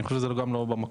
אני חושב שזה לגמרי לא,